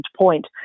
point